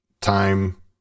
time